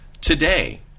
today